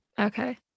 okay